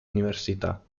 università